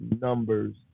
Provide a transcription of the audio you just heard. Numbers